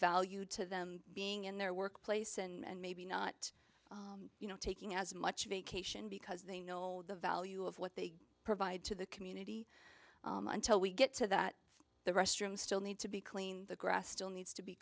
value to them being in their workplace and maybe not you know taking as much vacation because they know the value of what they provide to the community until we get to that the restroom still need to be clean the grass still needs to be